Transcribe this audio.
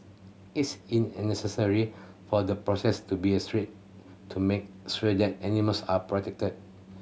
it's in an necessary for the process to be a stringent to make sure that animals are protected